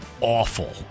awful